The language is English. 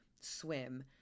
swim